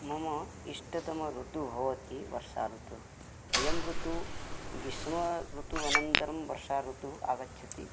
मम इष्टतम ऋतुः भवति वर्षाऋतुः अयं ऋतुः गीष्मऋतुः अनतरं वर्षाऋतुः आगच्छति